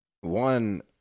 one